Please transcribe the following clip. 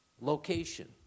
Location